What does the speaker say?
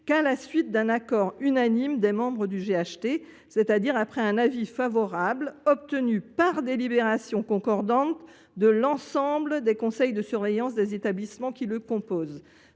qu’à la suite d’un accord unanime des membres du GHT, c’est à dire après avis favorable obtenu par délibération concordante de l’ensemble des conseils de surveillance des établissements qui le composent.